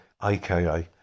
aka